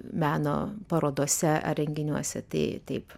meno parodose ar renginiuose tai taip